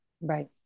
right